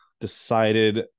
decided